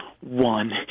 one